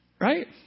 Right